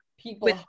people